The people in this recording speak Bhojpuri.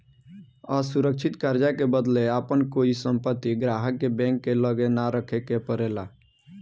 असुरक्षित कर्जा के बदले आपन कोई संपत्ति ग्राहक के बैंक के लगे ना रखे के परेला